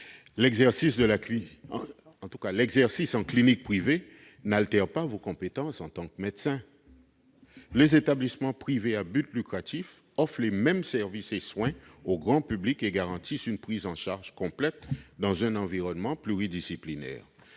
l'exercice en clinique privée n'altère pas vos compétences en tant que médecin. Les établissements privés à but lucratif offrent les mêmes services et soins au grand public et garantissent une prise en charge complète dans un environnement plus pluridisciplinaire.